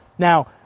Now